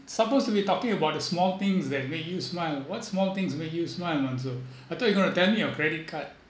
supposed to be talking about the small things that make you smile what small things make you smile monzu I thought you are going to tell me your credit card